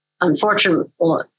unfortunately